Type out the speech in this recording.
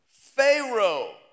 Pharaoh